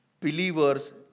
believers